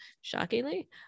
shockingly